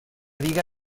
diga